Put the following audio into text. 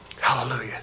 Hallelujah